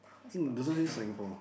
hm doesn't say Singapore